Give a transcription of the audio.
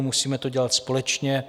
Musíme to dělat společně.